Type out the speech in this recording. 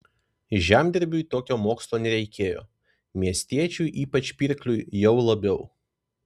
žemdirbiui tokio mokslo nereikėjo miestiečiui ypač pirkliui jau labiau